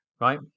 right